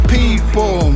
people